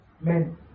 men